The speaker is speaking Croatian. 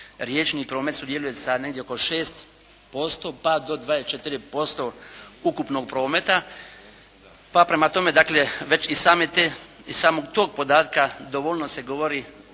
riječni promet sudjeluje sa negdje oko 6% pa do 24% ukupnog prometa. Pa prema tome, dakle, već i same te, iz samog tog podatke dovoljno se govori,